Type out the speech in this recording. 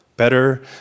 better